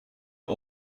are